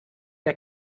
der